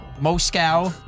Moscow